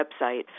website